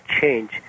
change